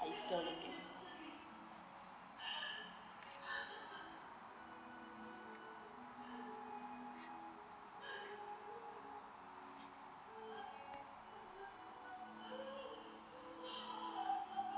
are you still looking